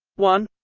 one